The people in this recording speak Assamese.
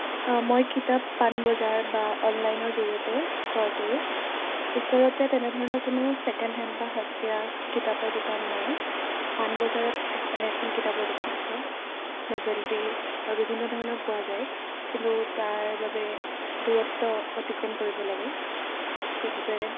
মই কিতাপ পাণবজাৰ বা অনলাইনৰ জৰিয়তে ক্ৰয় কৰোঁ ওচৰতে তেনেধৰণৰ কোনো ছেকেণ্ড হেণ্ড বা সস্তীয়া কিতাপৰ দোকান নাই পাণবজাৰত এখ এনে এখন কিতাপৰ দোকান আছে নভেল্টি আৰু বিভিন্ন ধৰণৰ পোৱা যায় কিন্তু তাৰ বাবে দূৰত্ব অতিক্ৰম কৰিব লাগে সেইবাবে